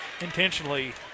intentionally